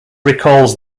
recalls